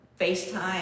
FaceTime